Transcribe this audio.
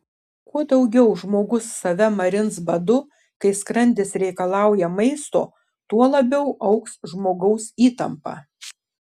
kuo daugiau žmogus save marins badu kai skrandis reikalauja maisto tuo labiau augs žmogaus įtampa